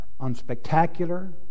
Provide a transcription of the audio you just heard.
unspectacular